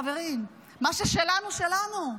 חברים, מה ששלנו, שלנו.